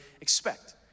expect